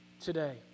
today